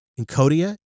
Encodia